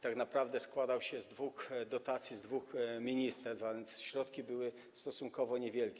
Tak naprawdę składał się on z dwóch dotacji, z dwóch ministerstw, a więc środki były stosunkowo niewielkie.